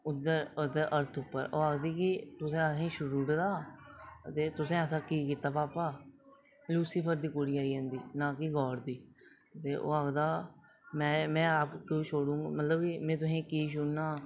उसी उद्धर अरथ उप्पर ओह् आखदी कि तुसें असें गी छोड़ी ओड़े दा ते तुसें ऐसा की कीता पापा लूसीफर दी कुड़ी आई जंदी ना कि गाड दी ते ओह् आखदा में आप क्यों छोडूं मतलब कि में आपूं की छोड़ना